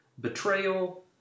Betrayal